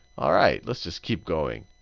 all right, let's just keep going.